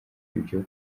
ibyo